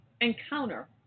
encounter